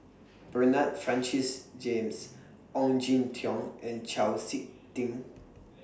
Bernard Francis James Ong Jin Teong and Chau Sik Ting